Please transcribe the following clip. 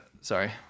sorry